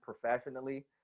professionally